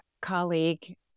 colleague